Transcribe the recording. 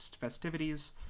festivities